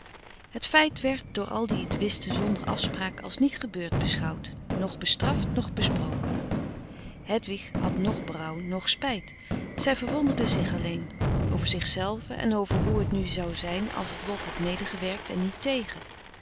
het feit werd door al die t wisten zonder afspraak als niet gebeurd beschouwd noch bestraft noch besproken hedwig had noch berouw noch spijt zij verwonderde zich alleen over zichzelve en over hoe het nu zijn zou als het lot had medegewerkt en niet tegen